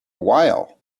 while